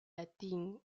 latín